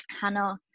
Hannah